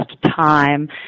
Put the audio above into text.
time